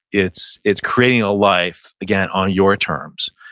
it's it's creating a life again on your terms.